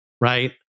right